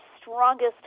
strongest